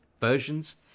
versions